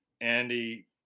Andy